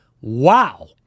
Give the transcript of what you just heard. Wow